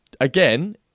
again